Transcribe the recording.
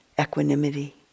equanimity